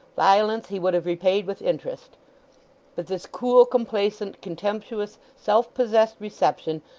violence he would have repaid with interest but this cool, complacent, contemptuous, self-possessed reception,